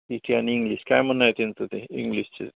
P T आणि English काय म्हणणं आहे त्यांचं ते इंग्लिशचं